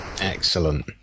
Excellent